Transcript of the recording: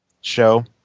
show